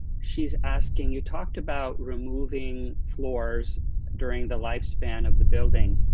she is asking, you talked about removing floors during the lifespan of the building.